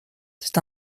c’est